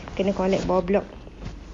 kena connect bawah blok